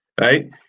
Right